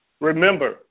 Remember